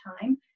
time